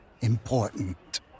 Important